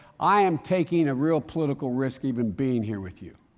i am taking a real political risk even being here with you.